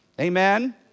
Amen